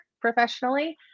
professionally